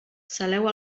saleu